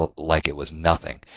ah like it was nothing.